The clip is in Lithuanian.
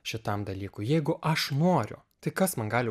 šitam dalykui jeigu aš noriu tai kas man gali